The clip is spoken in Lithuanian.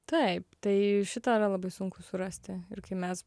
taip tai šitą yra labai sunku surasti ir kai mes